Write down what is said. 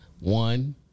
one